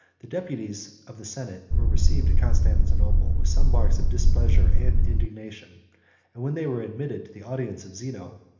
the deputies of the senate were received at constantinople with some marks of displeasure and indignation and when they were admitted to the audience of zeno,